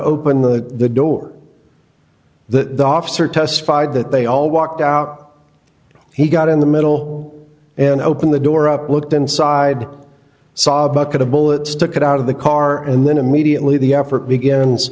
open the door the officer testified that they all walked out he got in the middle and opened the door up looked inside saw a bucket of bullets took it out of the car and then immediately the effort